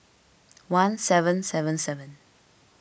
one seven seven seven